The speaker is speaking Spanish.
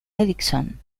ericsson